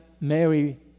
Mary